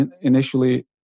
initially